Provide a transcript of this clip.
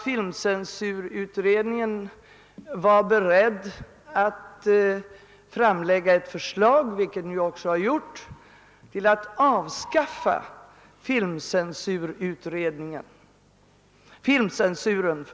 Filmcensurutredningen framlade ett förslag om avskaffande av filmcensuren.